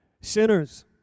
sinners